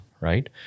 right